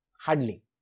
Hardly